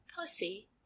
Pussy